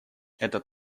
этот